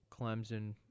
Clemson